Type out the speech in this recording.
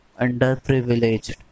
underprivileged